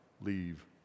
leave